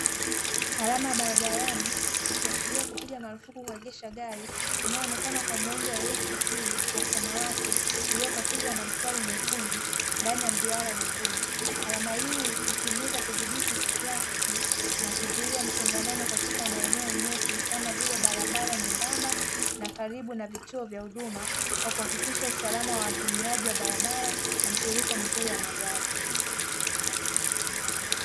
Alama ya barabarani ikiashiria kupiga marufuku kuegesha gari, inayoonekana kwa muundo wa herufi P ya samawati iliyokatizwa na mstari mwekundu, ndani ya mduara mwekundu. Alama hii hutumika kudhibiti trafiki na kuzuia msongamano katika maeneo nyeti kama vile barabara nyembamba na karibu na vituo vya huduma, kwa kuhakikisha usalama wa watumiaji wa barabara na mtiririko mzuri wa magari.